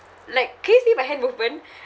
like can you see my hand movement